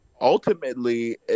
Ultimately